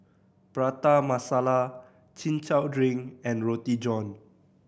Prata Masala Chin Chow drink and Roti John